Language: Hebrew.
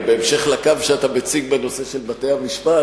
בהמשך לקו שאתה מציג בנושא של בתי-המשפט.